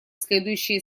следующие